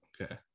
okay